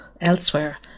elsewhere